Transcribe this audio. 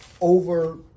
over